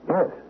Yes